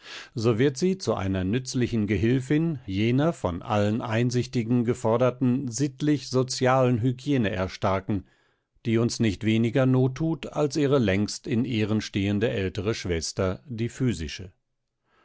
so wird sie zu einer nützlichen gehilfin jener von allen einsichtigen geforderten sittlich sozialen hygiene erstarken die uns nicht weniger not tut als ihre längst in ehren stehende ältere schwester die physische